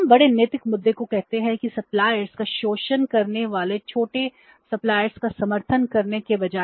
हम बड़े नैतिक मुद्दे को कहते हैं कि सप्लायर्स को परेशान कर रहे हैं